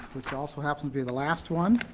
which also happens to be the last one,